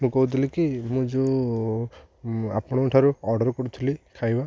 ମୁଁ କହୁଥିଲି କି ମୁଁ ଯେଉଁ ଆପଣଙ୍କଠାରୁ ଅର୍ଡ଼ର କରୁଥିଲି ଖାଇବା